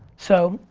so,